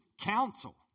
council